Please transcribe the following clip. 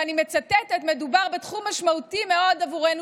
ואני מצטטת: מדובר בסכום משמעותי עבורנו